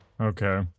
okay